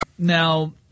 Now